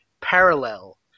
parallel